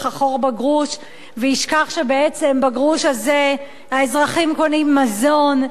החור בגרוש וישכח שבעצם בגרוש הזה האזרחים קונים מזון,